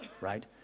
right